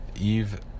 Eve